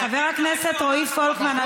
חבר הכנסת רועי פולקמן,